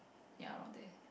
ya around there